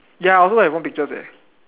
ya I also have one picture eh